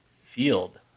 field